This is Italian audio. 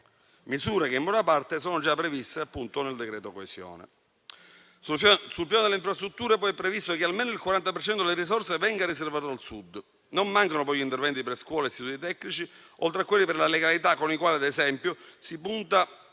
misure in buona parte sono già previste, appunto, nel decreto coesione. Sul piano delle infrastrutture, poi, è previsto che almeno il 40 per cento delle risorse venga riservato al Sud. Non mancano gli interventi per scuole e istituti tecnici, oltre a quelli per la legalità, con i quali, ad esempio, si punta